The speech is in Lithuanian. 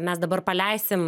mes dabar paleisim